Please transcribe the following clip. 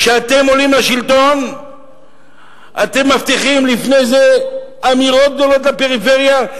כשאתם עולים לשלטון אתם מבטיחים לפני זה אמירות גדולות לפריפריה,